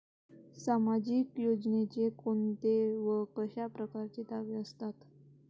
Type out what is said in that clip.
सामाजिक योजनेचे कोंते व कशा परकारचे दावे असतात?